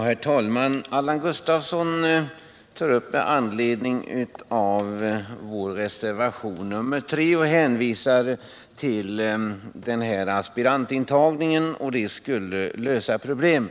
Herr talman! Allan Gustafsson tog upp vår reservation 3 och hänvisade då till att aspirantintagningen skulle lösa problemen.